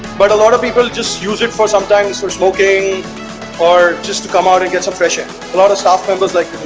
but a lot of people just use it for sometimes smoking or just to come out and get some fresh air a lot of staff members like